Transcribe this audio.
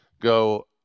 go